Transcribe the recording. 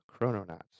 chrononauts